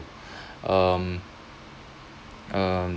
um um